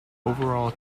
overall